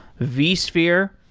vsphere.